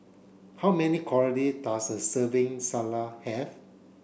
how many calorie does a serving Salsa have